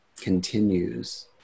continues